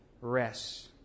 rest